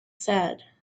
said